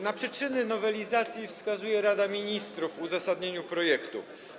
Na przyczyny nowelizacji wskazuje Rada Ministrów w uzasadnieniu projektu.